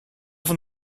than